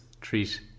treat